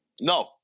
No